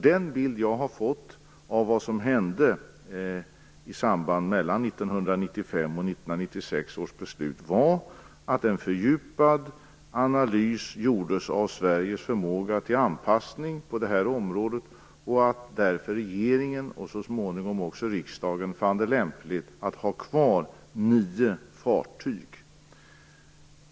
Den bild jag har fått av vad som hände i samband med 1995/96 års beslut var att en fördjupad analys gjordes av Sveriges förmåga till anpassning på detta området och att regeringen därför, och så småningom också riksdagen, fann det lämpligt att ha kvar nio fartyg.